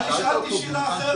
אני שאלתי שאלה אחרת.